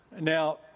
Now